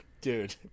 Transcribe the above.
Dude